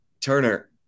Turner